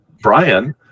Brian